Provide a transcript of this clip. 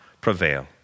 prevail